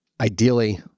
ideally